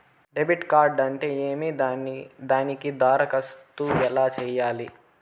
debit card అంటే ఏమి దానికి దరఖాస్తు ఎలా సేయాలి